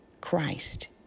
Christ